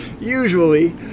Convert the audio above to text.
Usually